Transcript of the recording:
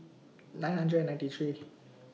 nine hundred and ninety three